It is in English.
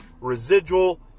residual